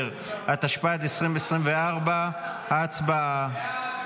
10), התשפ"ד 2024. הצבעה.